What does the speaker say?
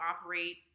operate